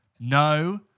No